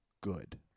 good